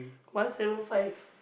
one seven five